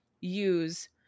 use